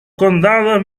condados